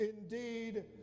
Indeed